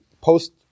post